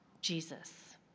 Jesus